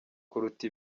kuruta